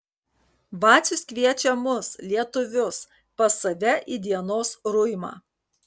vacius kviečia mus lietuvius pas save į dienos ruimą